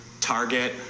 target